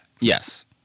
yes